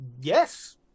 Yes